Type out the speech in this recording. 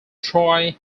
troy